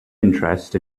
interest